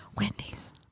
Wendy's